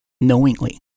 knowingly